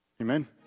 Amen